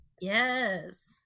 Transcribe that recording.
yes